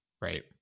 right